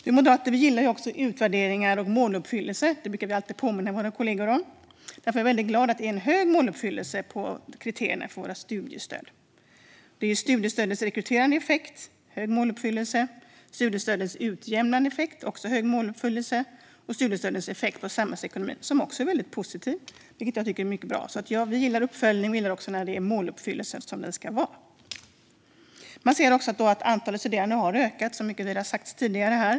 Vi moderater gillar utvärderingar och måluppfyllelse; det brukar vi alltid påminna våra kollegor om. Därför är jag glad att det är hög måluppfyllelse när det gäller kriterierna för våra studiestöd. Det är hög måluppfyllelse när det gäller studiestödets rekryterande effekt, när det gäller studiestödets utjämnande effekt och när det gäller studiestödets effekt på samhällsekonomin. Detta är också mycket positivt, vilket jag tycker är mycket bra. Vi gillar alltså uppföljning, och vi gillar när måluppfyllelsen ser ut som den ska. Man ser att antalet studerande har ökat, vilket har sagts tidigare här.